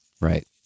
right